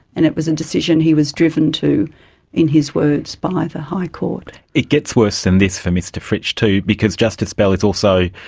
and it was a decision he was driven to in, in his words, by the high court. it gets worse than this for mr fritsch too, because justice bell is also.